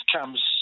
comes